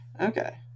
Okay